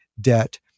debt